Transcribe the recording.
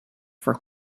for